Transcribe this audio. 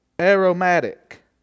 aromatic